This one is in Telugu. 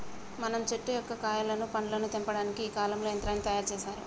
మనం చెట్టు యొక్క కాయలను పండ్లను తెంపటానికి ఈ కాలంలో యంత్రాన్ని తయారు సేసారు